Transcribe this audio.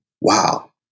wow